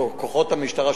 כוחות המשטרה,